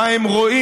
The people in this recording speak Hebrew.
מה הם רואים,